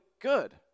good